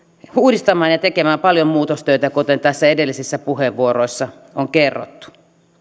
uudistamaan ja tekemään paljon muutostöitä kuten tässä edellisissä puheenvuoroissa on kerrottu